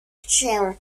chcę